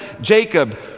Jacob